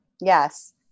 Yes